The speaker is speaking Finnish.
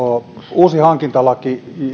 uusi hankintalaki